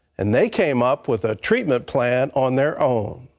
and they came up with a treatment plan on their own.